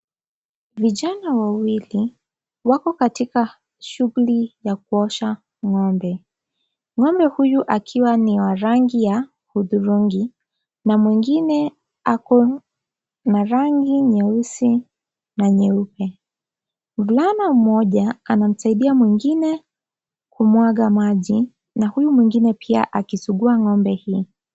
Vijana wawili wako katika shughuli ya kuosha ng'ombe. Ng'ombe huyu akiwa ni wa rangi ya hudhurungi na mwingine ako na rangi nyeusi na nyeupe. Mvulana mmoja anamsaidia mwingine kumwaga maji na huyu mwingine pia akisugua ng'ombe hii.